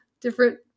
different